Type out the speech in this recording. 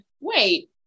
Wait